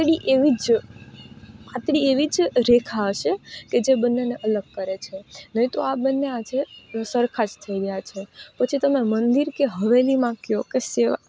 પાતળી એવી જ પાતળી એવી જ રેખા હશે કે જે બંનેને અલગ કરે છે નહીં તો આ બન્ને આજે સરખા જ થઈ રહ્યા છે પછી તમે મંદિર કે હવેલીમાં કહો